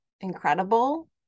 incredible